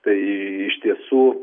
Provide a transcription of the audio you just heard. tai iš tiesų